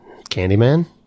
Candyman